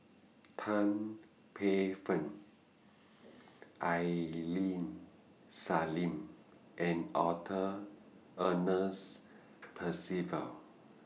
Tan Paey Fern Ailin Salim and Arthur Ernest Percival